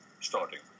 starting